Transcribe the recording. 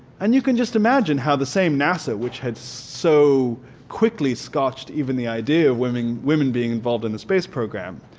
and you can just imagine how the same nasa which had so quickly scotched even the idea of women women being involved in the space program,